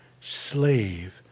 slave